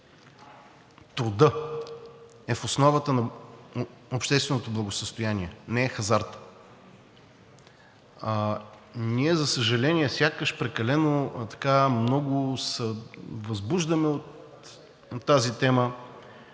трудът е в основата на общественото благосъстояние, не е хазартът. Ние, за съжаление, сякаш прекалено много се възбуждаме от тази тема